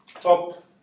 top